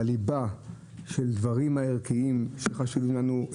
בליבה של דברים ערכיים שחשובים לנו.